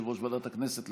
יושב-ראש ועדת הכנסת,